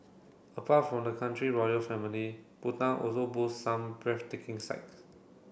apart from the country royal family Bhutan also boasts some breathtaking sights